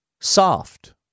soft